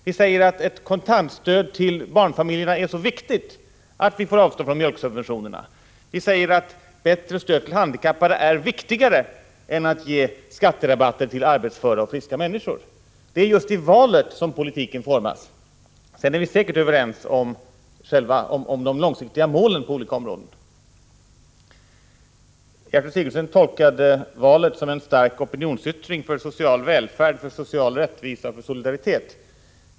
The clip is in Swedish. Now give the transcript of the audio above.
Vi säger att ett ökat kontantstöd till barnfamiljerna är så viktigt att man får avstå från mjölksubventionerna. Vi säger vidare att bättre stöd till handikappade är viktigare än skatterabatter till friska och arbetsföra människor. Det är i sådana val som politiken formas. Om de långsiktiga målen på olika områden kan vi säkerligen ofta vara överens. Gertrud Sigurdsen tolkade valresultatet som en stark opinionsyttring för social välfärd, social rättvisa och solidaritet.